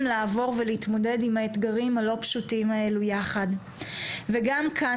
לעבור ולהתמודד עם האתגרים הלא פשוטים האלו יחד וגם כאן,